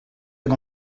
hag